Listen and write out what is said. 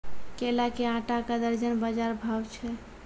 केला के आटा का दर्जन बाजार भाव छ?